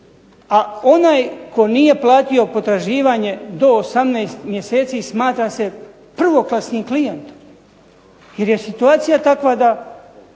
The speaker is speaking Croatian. a onaj koji nije platio potraživanje do 18 mjeseci smatra se prvoklasnim klijentom, jer je situacija takva.